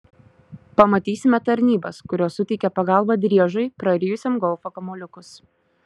pamatysime tarnybas kurios suteikia pagalbą driežui prarijusiam golfo kamuoliukus